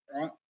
right